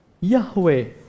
Yahweh